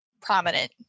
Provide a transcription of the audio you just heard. prominent